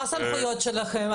מה הסמכויות שלכם?